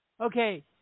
Okay